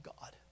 God